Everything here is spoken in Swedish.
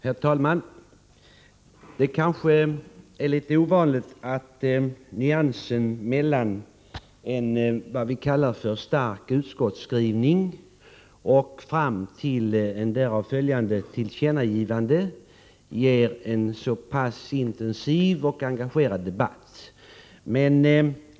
Herr talman! Det kanske är litet ovanligt att nyansen mellan en s.k. stark utskottsskrivning och därav följande tillkännagivande ger en så intensiv och engagerad debatt.